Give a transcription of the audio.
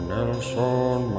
Nelson